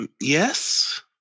yes